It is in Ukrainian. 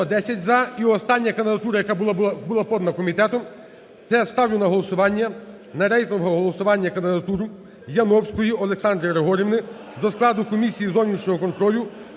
За-110 І остання кандидатура, яка була подана комітетом, це я ставлю на голосування, на рейтингове голосування, кандидатуру Яновської Олександри Григорівні до складу Комісії з зовнішнього контролю